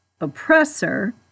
oppressor